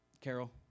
Carol